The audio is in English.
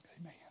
Amen